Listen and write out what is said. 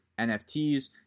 NFTs